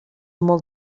molt